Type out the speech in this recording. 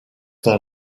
their